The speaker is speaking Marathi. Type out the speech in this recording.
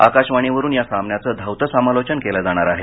आकाशवाणीवरून या सामन्याचं धावत समालोचन केलं जाणार आहे